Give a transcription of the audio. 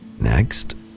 Next